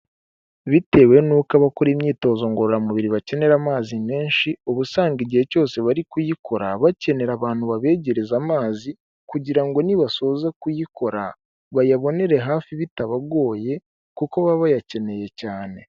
Bitewe n'uko abakora imyitozo ngororamubiri bakenera amazi menshi uba usanga igihe cyose bari kuyikora bakenera abantu babegereza amazi kugira ngo nibasoza kuyikora bayabonere hafi bitabagoye kuko baba bayakeneye cyane.